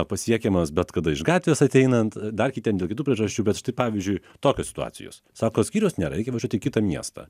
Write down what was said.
pasiekiamas bet kada iš gatvės ateinant dar kitiem dėl kitų priežasčių bet štai pavyzdžiui tokios situacijos sako skyriaus nėra reikia važiuot į kitą miestą